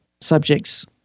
subjects